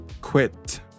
Quit